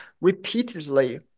repeatedly